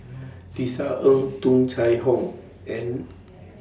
Tisa Ng Tung Chye Hong and